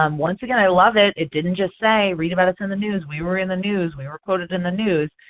um once again, i love it. it didn't just say read about us in the news. we were in the news. we were quoted in the news.